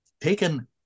taken